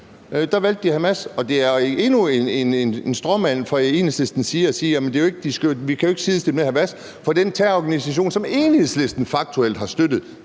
der valgte de Hamas. Og det er endnu en stråmand fra Enhedslistens side at sige: Jamen vi kan jo ikke sidestille det med Hamas, for den terrororganisation, som Enhedslisten faktuelt har støttet,